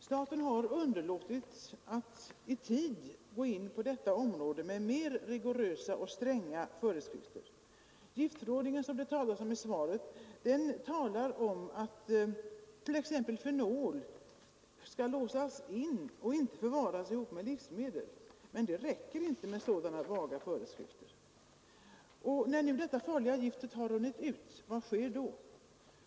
Staten har underlåtit att i tid gå in på detta område med mer rigorösa föreskrifter. Giftförordningen, som nämns i svaret, talar om att t.ex. fenol skall låsas in och inte förvaras ihop med livsmedel osv. När nu detta farliga gift har runnit ut, vad sker då?